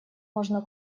можно